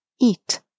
eat